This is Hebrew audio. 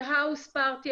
על האוס-פארטי,